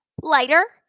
lighter